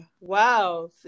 Wow